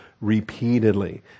repeatedly